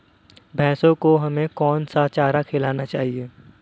भैंसों को हमें कौन सा चारा खिलाना चाहिए?